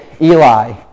Eli